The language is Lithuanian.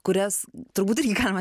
kurias turbūt irgi galima